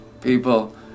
people